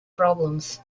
problems